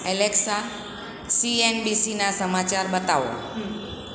Alexa સીએનબીસીના સમાચાર બતાવો